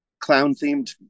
clown-themed